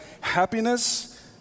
happiness